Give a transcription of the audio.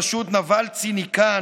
בראשות נבל ציניקן,